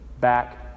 back